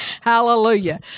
Hallelujah